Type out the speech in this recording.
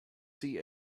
see